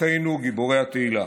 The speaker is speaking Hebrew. אחינו גיבורי התהילה.